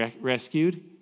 rescued